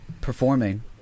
performing